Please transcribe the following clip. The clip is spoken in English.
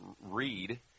read